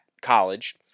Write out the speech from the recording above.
college